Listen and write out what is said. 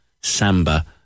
samba